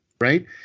right